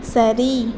சரி